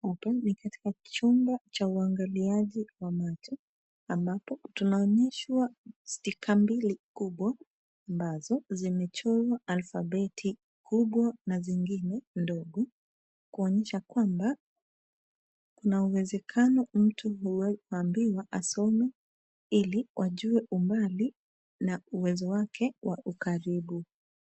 Hapa ni katika chumba cha uangaliaji wa macho, ambapo tunaonyeshwa sticker mbili kubwa, ambazo zimechorwa alfabeti kubwa na zingine ndogo. Kuonyesha kwamba, kuna uwezekano mtu huyo kuambiwa asome, ili wajue umbali na uwezo wake wa ukaribu.